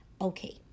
Okay